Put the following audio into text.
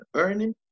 earning